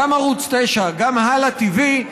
גם ערוץ 9 וגם הלָא TV,